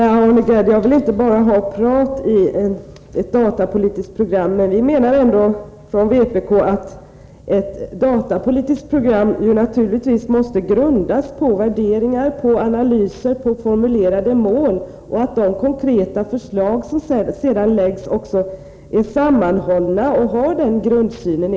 Herr talman! Nej, Arne Gadd, jag vill inte bara ha prat i ett datapolitiskt program. Vi menar från vpk:s sida att ett datapolitiskt program naturligtvis måste grundas på värderingar, analyser och formulerade mål och att de konkreta förslag som sedan läggs fram också skall vara sammanhållna och ge uttryck för den grundsynen.